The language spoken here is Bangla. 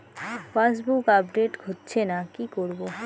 পাসবুক আপডেট হচ্ছেনা কি করবো?